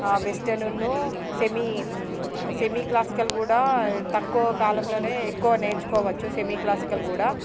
వెస్ట్రన్ను semi semiclassical కూడా తక్కువ కాలంలోనే ఎక్కువ నేర్చుకోవచ్చు సెమీక్లాసికల్ కూడా